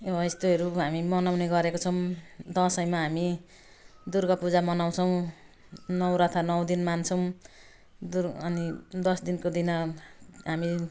अब यस्तोहरू हामीले मनाउने गरेको छौँ दसैँमा हामी दुर्गा पूजा मनाउँछौँ नवरथा नौ दिन मान्छौँ दुर् अनि दस दिनको दिन हामी